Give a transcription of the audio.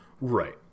Right